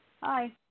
Hi